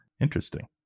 Interesting